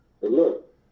Look